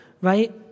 right